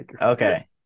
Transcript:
Okay